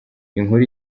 inkuru